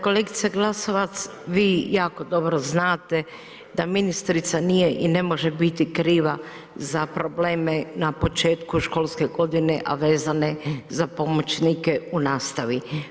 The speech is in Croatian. Kolegice Glasovac, vi jako dobro znata da ministrica nije i ne može biti kriva za probleme na početku školske godine, a vezane za pomoćnike u nastavi.